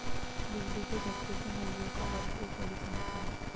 बिजली के झटके से मुर्गियों का वध एक बड़ी समस्या है